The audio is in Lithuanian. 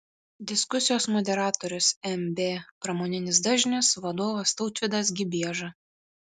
diskusijos moderatorius mb pramoninis dažnis vadovas tautvydas gibieža